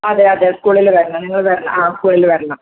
അതെയതെ സ്കൂളിൽ വരണം നിങ്ങൾ വരണം ആ സ്കൂളിൽ വരണം